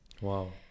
Wow